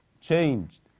changed